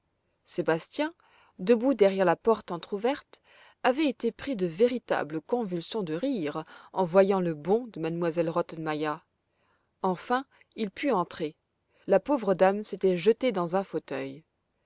sébastien debout derrière la porte entr'ouverte avait été pris de véritables convulsions de rire en voyant le bond de m elle rottenmeier enfin il put entrer la pauvre daine s'était jetée dans un fauteuil